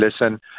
listen